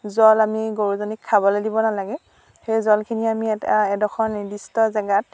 জল আমি গৰুজনীক খাবলৈ দিব নালাগে সেই জলখিনি আমি এটা এডোখৰ নিৰ্দিষ্ট জাগাত